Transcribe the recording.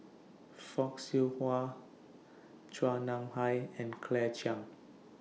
Fock Siew Wah Chua Nam Hai and Claire Chiang